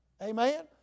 Amen